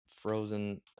Frozen